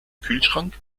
kühlschrank